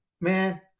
man